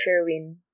Sherwin